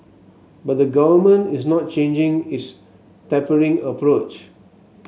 but the Government is not changing its tapering approach